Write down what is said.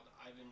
Ivan